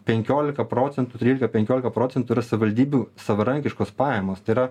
penkiolika procentų trylika penkiolika procentų yra savivaldybių savarankiškos pajamos tai yra